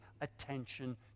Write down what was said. attention